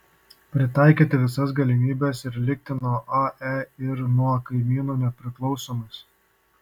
pritaikyti visas galimybes ir likti nuo ae ir nuo kaimynų nepriklausomais